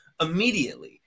immediately